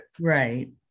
Right